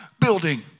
building